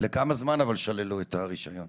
אבל לכמה זמן שללו את הרישיון?